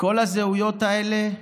כל הזהויות האלה,